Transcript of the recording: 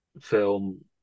film